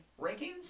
rankings